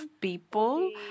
people